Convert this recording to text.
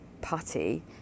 putty